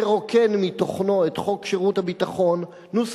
לרוקן מתוכנו את חוק שירות ביטחון ,